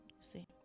See